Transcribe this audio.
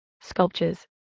sculptures